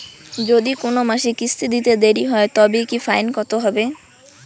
যদি কোন মাসে কিস্তি দিতে দেরি হয় তবে কি ফাইন কতহবে?